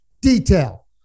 Detail